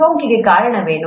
ಸೋಂಕಿಗೆ ಕಾರಣವೇನು